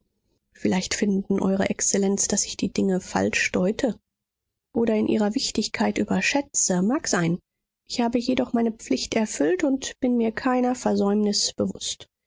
vielleicht finden eure exzellenz daß ich die dinge falsch deute oder in ihrer wichtigkeit überschätze mag sein ich habe jedoch meine pflicht erfüllt und bin mir keiner versäumnis bewußt